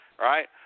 right